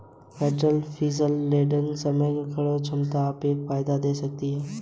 pedal fishing paddling करते समय खड़े होने की क्षमता आपको एक फायदा दे सकती है